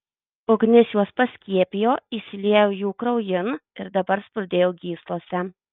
ugnis juos paskiepijo įsiliejo jų kraujin ir dabar spurdėjo gyslose